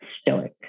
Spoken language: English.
stoic